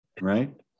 right